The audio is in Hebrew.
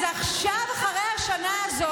ברוך השם,